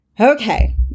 Okay